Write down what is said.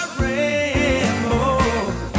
rainbow